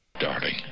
Darling